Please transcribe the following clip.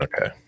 Okay